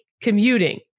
commuting